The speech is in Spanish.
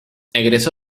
egresó